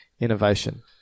innovation